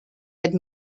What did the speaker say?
had